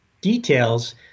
details